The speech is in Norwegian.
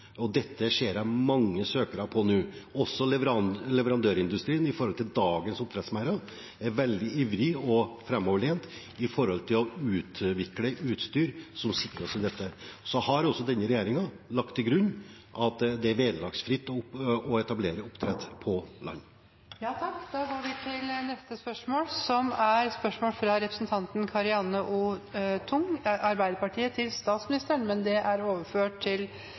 og dette ser jeg mange søkere på nå. Også leverandørindustrien er med hensyn til dagens oppdrettsmerder veldig ivrig og framoverlent i forhold til å utvikle utstyr som sikrer dette. Så har også denne regjeringen lagt til grunn at det er vederlagsfritt å etablere oppdrettsanlegg på land. Da går vi tilbake til spørsmål 1. Dette spørsmålet, fra representanten Karianne O. Tung til statsministeren, er overført til